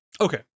Okay